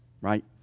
Right